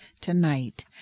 tonight